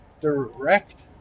direct